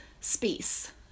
space